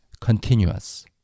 continuous